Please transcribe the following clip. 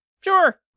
Sure